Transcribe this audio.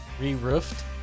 re-roofed